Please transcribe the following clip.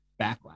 backlash